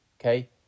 okay